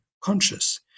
conscious